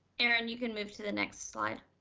erin, you can move to the next slide.